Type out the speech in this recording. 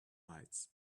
lights